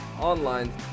online